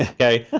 ah okay?